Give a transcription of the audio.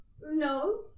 no